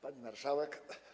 Pani Marszałek!